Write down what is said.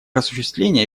осуществление